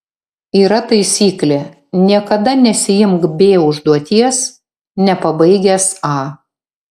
yra taisyklė niekada nesiimk b užduoties nepabaigęs a